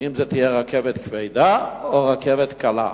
אם זו תהיה רכבת כבדה או רכבת קלה.